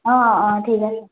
অঁ অঁ ঠিক আছে